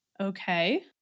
Okay